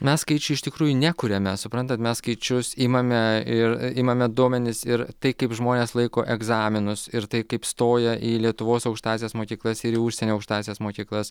mes skaičių iš tikrųjų nekuriame suprantat mes skaičius imame ir imame duomenis ir tai kaip žmonės laiko egzaminus ir tai kaip stoja į lietuvos aukštąsias mokyklas ir į užsienio aukštąsias mokyklas